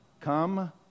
Come